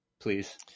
please